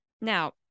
Now